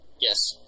Yes